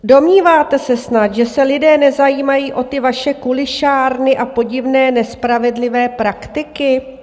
Domníváte se snad, že se lidé nezajímají o ty vaše kulišárny a podivné nespravedlivé praktiky?